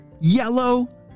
yellow